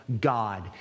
God